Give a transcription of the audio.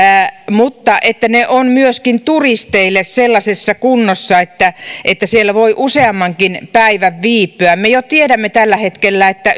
mutta ne ovat myöskin turisteille sellaisessa kunnossa että että siellä voi useammankin päivän viipyä me tiedämme jo tällä hetkellä että